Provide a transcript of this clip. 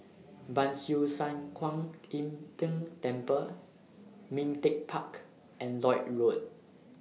Ban Siew San Kuan Im Tng Temple Ming Teck Park and Lloyd Road